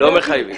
לא מחייבים.